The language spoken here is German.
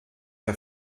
der